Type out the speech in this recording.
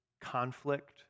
conflict